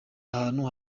ahantu